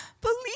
believe